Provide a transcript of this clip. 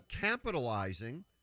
capitalizing